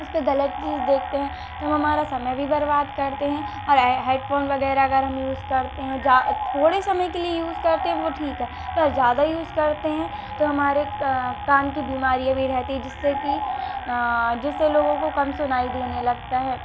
इस पे गलत चीज देखते हैं तो हम हमारा समय भी बर्बाद करते हैं और हैडफोन वगैरह अगर हम यूज़ करते हैं थोड़े समय के लिए यूज़ करते हैं वो ठीक है पर ज़्यादा यूज़ करते हैं तो हमारे कान की बीमारियाँ भी रहती हैं जिससे कि जिससे लोगों को कम सुनाई देने लगता है